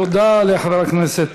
תודה לחבר הכנסת